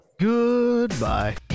Goodbye